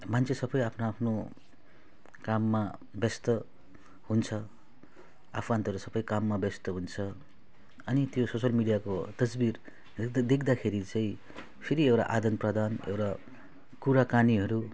मान्छे सब आफ्नो आफ्नो काममा व्यस्त हुन्छ आफन्तहरू सब काममा व्यस्त हुन्छ अनि त्यो सोसियल मिडियाको तस्बिरहरू त देख्दाखेरि चाहिँ फेरि एउटा आदान प्रदान एउटा कुराकानीहरू